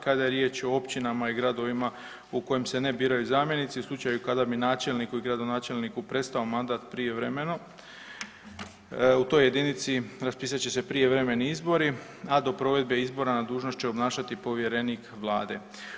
Kada je riječ o općinama i gradovima u kojim se ne biraju zamjenici, u slučaju kada bi načelniku i gradonačelniku prestao mandat prijevremeno u toj jedinici raspisat će se prijevremeni izbori, a do provedbe izbora dužnost će obnašat povjerenik Vlade.